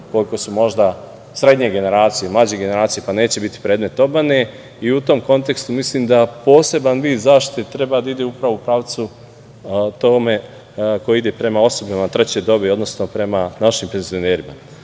koliko su možda srednje generacije, mlađe generacije, pa neće biti predmet obmane. I u tom kontekstu mislim da poseban vid zaštite treba da ide upravo u pravcu tome koji ide prema osobama treće dobi, odnosno prema našim penzionerima. Mislimo